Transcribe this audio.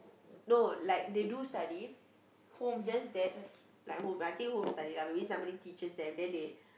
no like they do study just that like home I think home study lah like maybe somebody teaches them then they